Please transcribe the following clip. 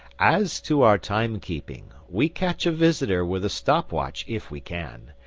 as to our time-keeping, we catch a visitor with a stop-watch if we can,